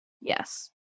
Yes